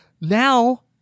now